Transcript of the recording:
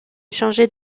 changer